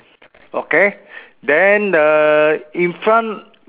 okay then the in front